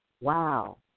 wow